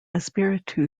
espiritu